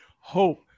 Hope